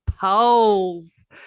poles